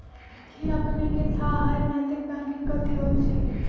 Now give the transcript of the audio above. कि अपनेकेँ थाह हय नैतिक बैंकिंग कथि होइ छइ?